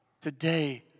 Today